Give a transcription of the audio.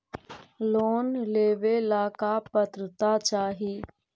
Loan लेवेला का पात्रता चाही?